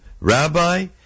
Rabbi